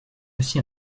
aussi